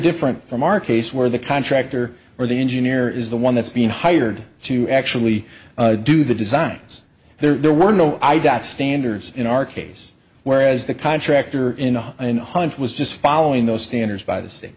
different from our case where the contractor or the engineer is the one that's being hired to actually do the designs there were no i doubt standards in our case whereas the contractor in one hundred was just following those standards by the